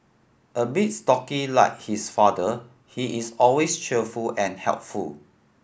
a bit stocky like his father he is always cheerful and helpful